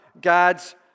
God's